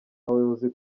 abayobozi